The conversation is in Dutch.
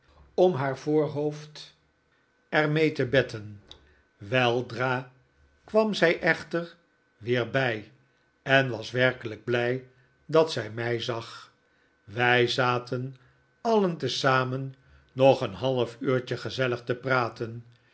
om haar voorhoofd er mee te betten weldra kwam zij echter weer bij en was werkelijk blij dat zij mij zag wij zaten alien tezamen nog een half uurtje gezellig te praten